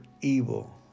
evil